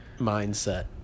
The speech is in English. mindset